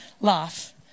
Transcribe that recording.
laugh